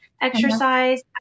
exercise